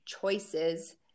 choices